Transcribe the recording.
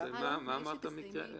לביטחון פנים